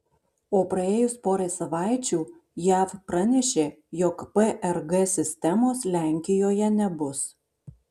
o praėjus porai savaičių jav pranešė jog prg sistemos lenkijoje nebus